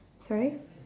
sorry